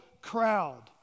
crowd